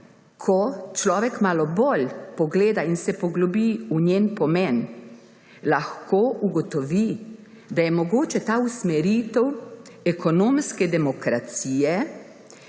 ko človek malo bolj pogleda in se poglobi v njen pomen, lahko ugotovi, da je mogoče ta usmeritev ekonomske demokracije